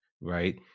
right